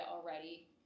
already